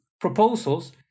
proposals